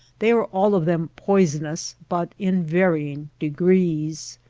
they are all of them poi sonous, but in varying degrees.